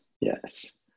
yes